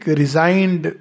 resigned